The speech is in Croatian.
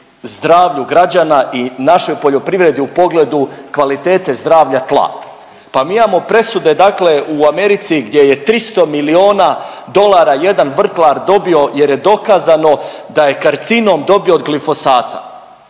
zdravlju građana i našoj poljoprivredi u pogledu kvalitete zdravlja tla. Pa mi imamo presude dakle u Americi gdje je 300 miliona dolara jedan vrtlar dobio jer je dokazano da je karcinom dobio od glifosata.